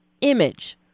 image